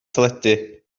teledu